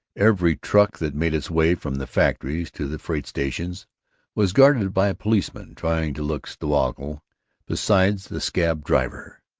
every truck that made its way from the factories to the freight-stations was guarded by a policeman, trying to look stoical beside the scab driver.